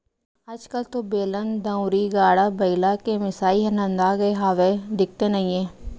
आज कल तो बेलन, दउंरी, गाड़ा बइला के मिसाई ह नंदागे हावय, दिखते नइये